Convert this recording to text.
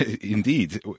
Indeed